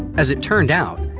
as it turned out,